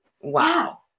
Wow